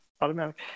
Automatic